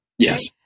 Yes